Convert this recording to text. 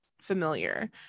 familiar